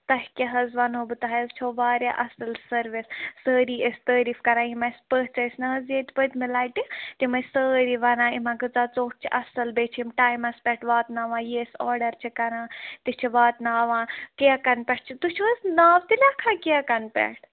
تۄہہِ کیٛاہ حظ وَنہو بہٕ تۄہہِ حظ چھَو واریاہ اَصٕل سٔروِس سٲری ٲسۍ تٲریٖف کَران یِم اَسہِ پٔژھۍ ٲسۍ نہَ حظ ییٚتہِ پٔتمہِ لَٹہِ تِم ٲسۍ سٲری وَنان یِمَن کٲژاہ ژوٚٹ چھِ اَصٕل بیٚیہِ چھِ یِم ٹایمَس پٮ۪ٹھ واتناوان یہِ أسۍ آرڈر چھِ کَران تہِ چھِ واتناوان کیکَن پٮ۪ٹھ چھِ تُہۍ چھِو حظ ناو تہِ لیکھان کیکَن پٮ۪ٹھ